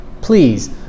Please